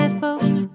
folks